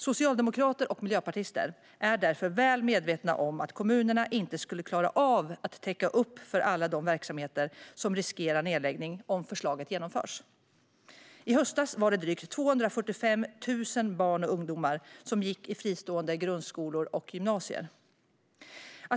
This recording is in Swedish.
Socialdemokrater och miljöpartister är alltså väl medvetna om att kommunerna inte skulle klara av att täcka upp för alla verksamheter som riskerar nedläggning om förslaget genomförs. I höstas var det drygt 245 000 barn och ungdomar som gick i fristående grundskolor och gymnasier.